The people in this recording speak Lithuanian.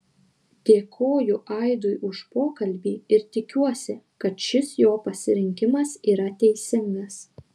dėkoju aidui už pokalbį ir tikiuosi kad šis jo pasirinkimas yra teisingas